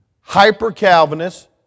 hyper-Calvinist